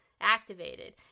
activated